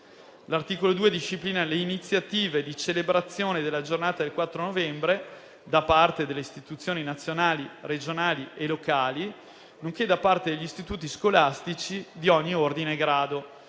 L'articolo 2 disciplina le iniziative di celebrazione della Giornata del 4 novembre da parte delle istituzioni nazionali, regionali e locali, nonché da parte degli istituti scolastici di ogni ordine e grado.